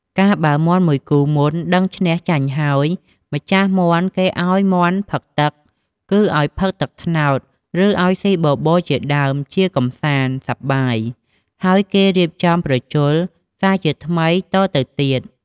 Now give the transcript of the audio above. កាល បើមាន់មួយគូមុនដឹងឈ្នះចាញ់ហើយ ម្ចាស់មាន់គេឲ្យមាន់ផឹកទឹក គឺឲ្យផឹកទឹកត្នោត ឬឲ្យស៊ីបបរជាដើម ជាកម្សាន្ត សប្បាយ ហើយគេរៀបចំប្រជល់ សាជាថ្មីតទៅទៀត ។